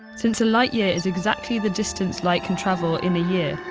since a light year is exactly the distance light can travel in a year,